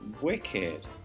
Wicked